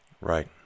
Right